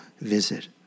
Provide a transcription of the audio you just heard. visit